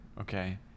Okay